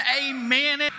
amen